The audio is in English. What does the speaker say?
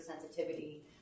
sensitivity